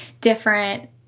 different